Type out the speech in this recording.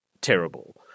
terrible